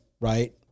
right